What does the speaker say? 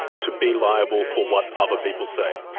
to be liable for what other people say.